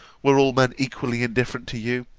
were all men equally indifferent to you,